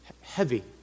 heavy